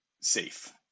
safe